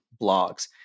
blogs